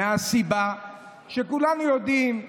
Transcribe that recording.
מהסיבה שכולנו יודעים,